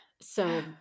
So-